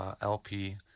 LP